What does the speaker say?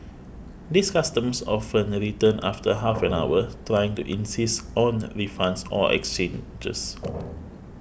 these customers often a return after half an hour trying to insist on refunds or exchanges